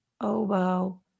oboe